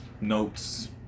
notes